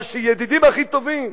אבל כשידידים הכי טובים,